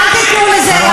וזה המקוואות.